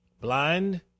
Blind